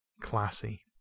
Classy